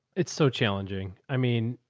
it's so challenging. i mean,